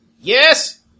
Yes